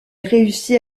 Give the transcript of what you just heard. réussit